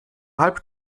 halb